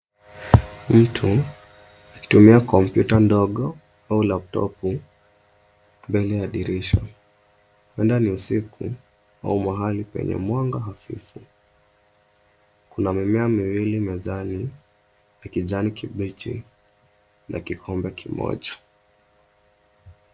Mtu akitumia kompyuta ndogo au laptop mbele ya dirisha. Huenda ni usiku au mahali penye mwanga hafifu. Kuna mimea miwili mezani ya kijani kibichi na kikombe kimoja.